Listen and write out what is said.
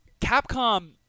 Capcom